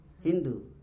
Hindu